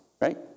right